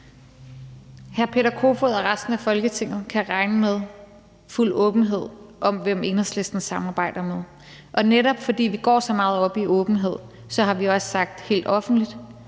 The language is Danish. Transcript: Hr. Peter Kofod og resten af Folketinget kan regne med fuld åbenhed om, hvem Enhedslisten samarbejder med, og netop fordi vi går så meget op i åbenhed, har vi også sagt helt offentligt,